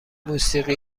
موسیقی